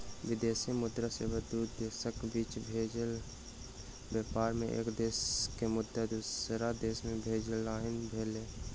विदेशी मुद्रा सेवा दू देशक बीच भेल व्यापार मे एक देश के मुद्रा दोसर देश मे भेजनाइ भेलै